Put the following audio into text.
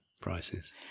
prices